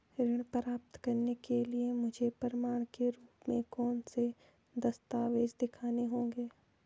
ऋण प्राप्त करने के लिए मुझे प्रमाण के रूप में कौन से दस्तावेज़ दिखाने होंगे?